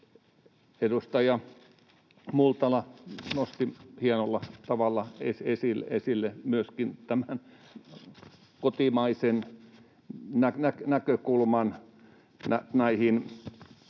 Edustaja Multala nosti hienolla tavalla esille myöskin tämän kotimaisen näkökulman näihin